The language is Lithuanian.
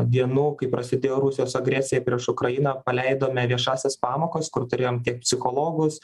dienų kai prasidėjo rusijos agresija prieš ukrainą paleidome viešąsias pamokas kur turėjom tiek psichologus